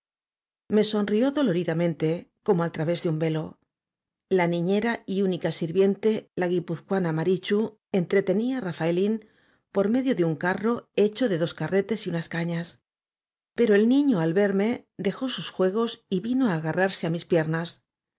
me sonrió doloridamente como al través de un velo la niñera y única sirviente la guipuzcoana marichu entretenía á rafaelín por medio de un carro hecho de dos carretes y unas cañas pero el niño al verme dejó sus juegos y vino á agarrarse á mis piernas